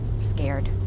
scared